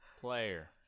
Player